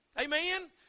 Amen